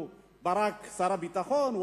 שר הביטחון,